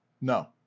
No